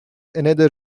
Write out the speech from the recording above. another